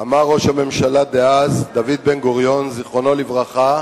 אמר ראש הממשלה דאז דוד בן-גוריון, זיכרונו לברכה,